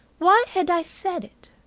why had i said it?